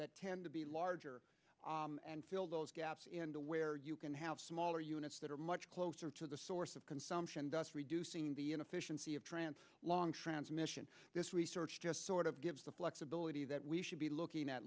can be larger and fill those gaps and to where you can have smaller units that are much closer to the source of consumption does reducing the inefficiency of trance long transmission this research just sort of gives the flexibility that we should be looking at